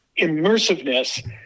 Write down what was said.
immersiveness